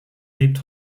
lebt